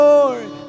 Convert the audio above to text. Lord